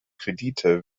kredite